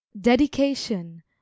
Dedication